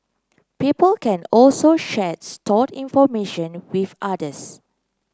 people can also share stored information with others